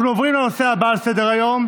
אנחנו עוברים לנושא הבא על סדר-היום,